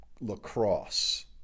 lacrosse